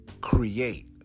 create